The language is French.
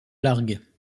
largue